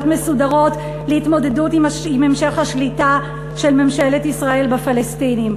מסודרות להתמודדות עם המשך השליטה של ממשלת ישראל בפלסטינים.